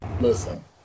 Listen